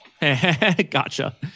Gotcha